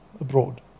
abroad